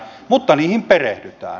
mutta niihin perehdytään